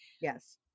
Yes